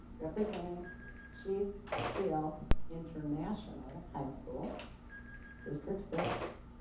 representing chief sealth international high school district six